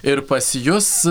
ir pas jus